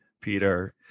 Peter